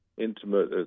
Intimate